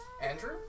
Andrew